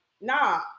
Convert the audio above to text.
nah